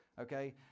okay